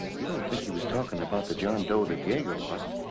you don't think he was talking about the john doe that yager lost.